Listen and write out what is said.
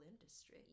industry